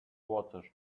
water